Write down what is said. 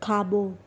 खाॿो